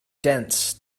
dense